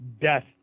death